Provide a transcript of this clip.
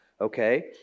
okay